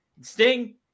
Sting